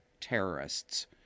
terrorists